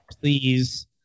Please